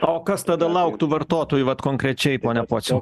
o kas tada lauktų vartotojų vat konkrečiai pone pociaus